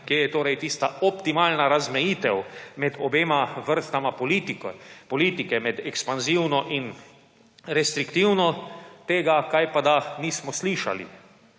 kje je torej tista optimalna razmejitev med obema vrstama politike, med ekspanzivno in restriktivno, tega kajpada nismo slišali.